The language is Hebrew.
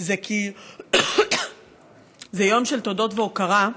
כי זה יום של תודות והוקרה,